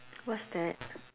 what's that